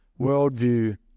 worldview